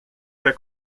herr